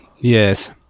Yes